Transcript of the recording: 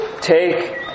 Take